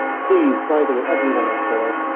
please, by the way, everyone out there,